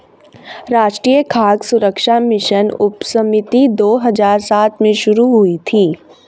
राष्ट्रीय खाद्य सुरक्षा मिशन उपसमिति दो हजार सात में शुरू हुई थी